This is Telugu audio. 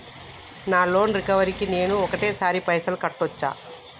నా లోన్ రికవరీ కి నేను ఒకటేసరి పైసల్ కట్టొచ్చా?